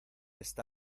esta